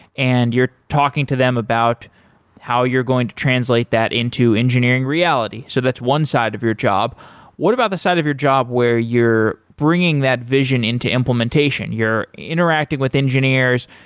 and you're talking to them about how you're going to translate that into engineering reality. so that's one side of your job what about the side of your job where you're bringing that vision into implementation? you're interacting with engineers,